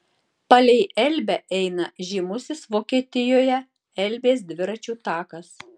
palei elbę eina žymusis vokietijoje elbės dviračių takas